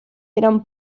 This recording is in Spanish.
eran